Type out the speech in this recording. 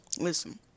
Listen